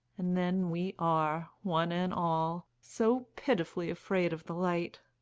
and then we are, one and all, so pitifully afraid of the light.